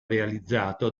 realizzato